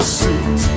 suit